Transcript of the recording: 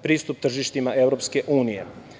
pristup tržištima EU.Da